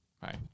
Bye